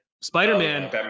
Spider-Man